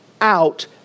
out